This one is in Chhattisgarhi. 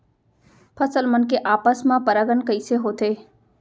फसल मन के आपस मा परागण कइसे होथे?